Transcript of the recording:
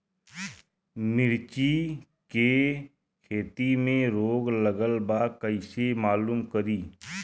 मिर्ची के खेती में रोग लगल बा कईसे मालूम करि?